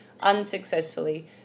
unsuccessfully